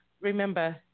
remember